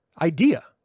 idea